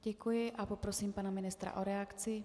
Děkuji a poprosím pana ministra o reakci.